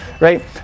right